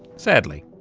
sadly.